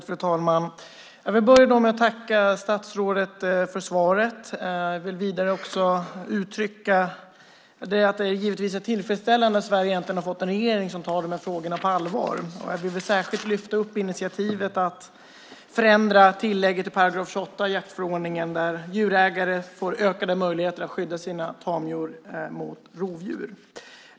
Fru talman! Jag vill börja med att tacka statsrådet för svaret. Vidare vill jag uttrycka min tillfredsställelse över att Sverige äntligen har fått en regering som tar de här frågorna på allvar. Jag vill särskilt lyfta fram initiativet att förändra tillägget i § 28 i jaktförordningen så att djurägare får ökade möjligheter att skydda sina tamdjur mot rovdjur.